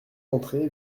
d’entrée